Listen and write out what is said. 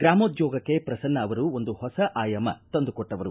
ಗ್ರಾಮೋದ್ಯೋಗಕ್ಕೆ ಪ್ರಸನ್ನ ಅವರು ಒಂದು ಹೊಸ ಆಯಾಮ ತಂದುಕೊಟ್ಟವರು